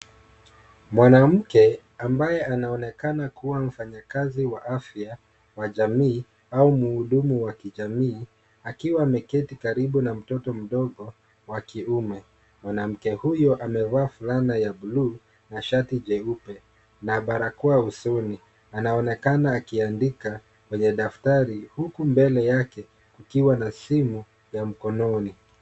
Mwanamke ambaye anaonekana kuwa mfanyikazi wa afya wa jamii au mhudumu wa kijamii akiwa ameketi karibu na mtoto mdogo wa kiume. Mwanamke huyo amevaa fulana ya bluu na shati jeupe na barakoa usoni, anaonekana akiandika kwenye daftari huku mbele yake kukiwa na simu ya mkononi.